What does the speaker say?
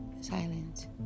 Silence